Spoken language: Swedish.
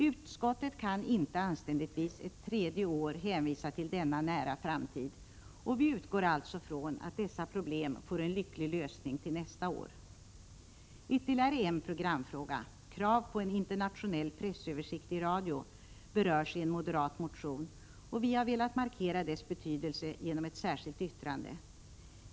Utskottet kan inte anständigtvis ett tredje år hänvisa till denna nära framtid, och vi utgår alltså ifrån att dessa problem får en lycklig lösning till nästa år. Ytterligare en programfråga — krav på en internationell pressöversikt i radio — berörs i en moderat motion, och vi har velat markera dess betydelse genom ett särskilt yttrande.